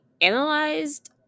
analyzed